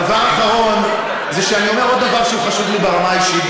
דבר אחרון זה שאני אומר עוד דבר שהוא חשוב לי ברמה האישית,